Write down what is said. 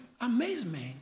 amazement